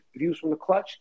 viewsfromtheclutch